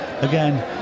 again